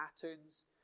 patterns